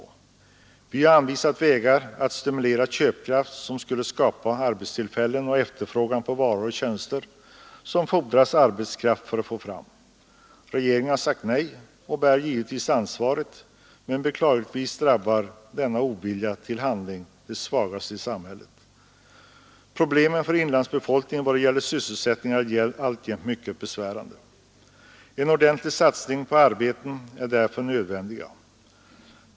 Vi på vårt håll har anvisat vägar att stimulera köpkraft som skulle skapa arbetstillfällen och efterfrågan på varor och tjänster som det fordras arbetskraft för att få fram. Regeringen har sagt nej och bär givetvis ansvaret, men beklagligtvis drabbar denna ovilja till handling de svagaste i samhället. Problemen för inlandsbefolkningen i vad det gäller sysselsättning är alltjämt mycket besvärande. En ordentlig satsning på arbeten är därför nödvändig.